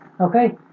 Okay